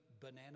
Banana